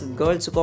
girls